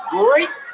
great